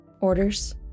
Orders